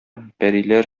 пәриләр